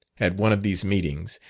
at one of these meetings,